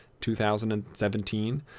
2017